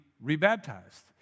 rebaptized